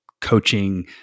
coaching